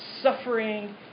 suffering